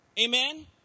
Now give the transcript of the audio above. Amen